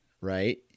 right